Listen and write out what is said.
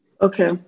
Okay